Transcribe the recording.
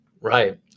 Right